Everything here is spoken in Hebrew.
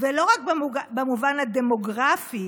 ולא רק במובן הדמוגרפי,